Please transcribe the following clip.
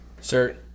Sir